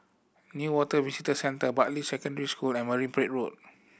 Newater Visitor Centre Bartley Secondary School and Marine Parade Road